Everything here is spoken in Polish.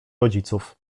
rodziców